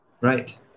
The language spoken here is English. Right